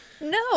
No